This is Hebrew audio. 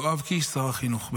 בשם יואב קיש, שר החינוך.